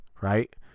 right